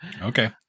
Okay